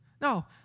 No